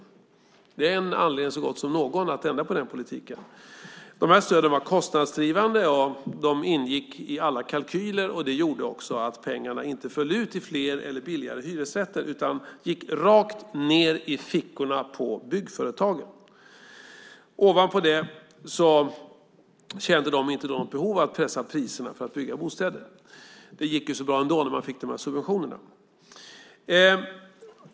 Det är en anledning så god som någon att ändra på den politiken. Produktionsstöden var kostnadsdrivande, och de ingick i alla kalkyler. Det gjorde att pengarna inte föll ut i fler eller billigare hyresrätter, utan pengarna gick rakt ned i fickorna på byggföretagen. Ovanpå det kände de inte något behov att pressa priserna för att bygga bostäder. Det gick ju så bra ändå när de fick de här subventionerna.